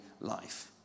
life